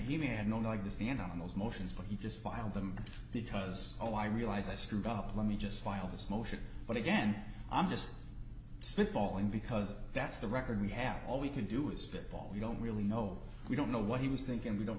he may have known like this the end on those motions but he just filed them because although i realize i screwed up let me just filed this motion but again i'm just spit balling because that's the record we have all we can do is stick ball we don't really know we don't know what he was thinking we don't